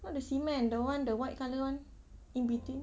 not the cement the one the white colour one in between